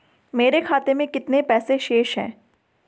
मेरे खाते में कितने पैसे शेष हैं?